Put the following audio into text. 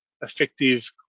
effective